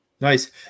Nice